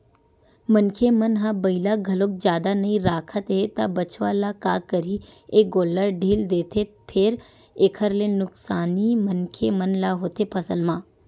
मनखे मन ह बइला घलोक जादा नइ राखत हे त बछवा ल का करही ए गोल्लर ढ़ील देथे फेर एखर ले नुकसानी मनखे मन ल होथे फसल म